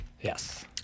Yes